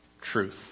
truth